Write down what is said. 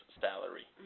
salary